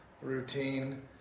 routine